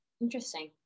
Interesting